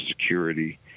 security